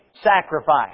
sacrifice